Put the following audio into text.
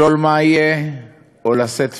לשאול מה יהיה או לשאת תפילה,